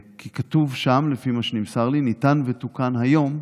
כי כתוב שם, לפי מה שנמסר לי: "ניתן ותוקן היום,